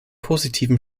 positiven